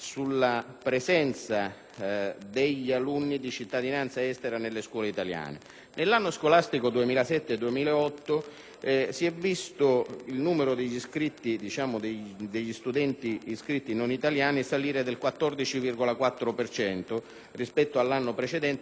degli alunni di cittadinanza estera nelle scuole italiane. Nell'anno scolastico 2007-2008 si è visto che il numero degli studenti non italiani è salito del 14,4 per cento rispetto all'anno precedente, per raggiungere un dato complessivo